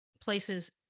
places